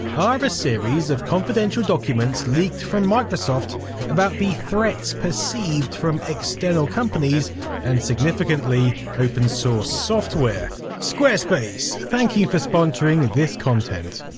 are a series of confidential documents leaked from microsoft about the threats perceived from external companies and significantly, open source software. squarespace, thank you for sponsoring this content